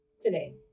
Today